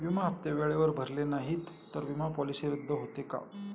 विमा हप्ते वेळेवर भरले नाहीत, तर विमा पॉलिसी रद्द होते का?